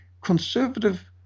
conservative